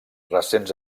recents